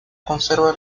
conserva